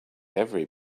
every